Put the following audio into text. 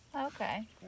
Okay